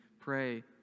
Pray